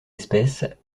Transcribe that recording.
espèces